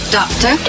doctor